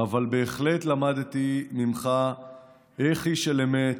אבל בהחלט למדתי ממך איך איש של אמת,